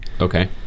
Okay